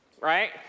right